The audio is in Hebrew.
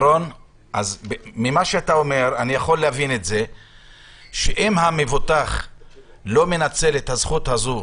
מדבריך אני מבין שאם המבוטח לא מנצל את הזכות הזו,